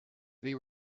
they